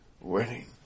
winning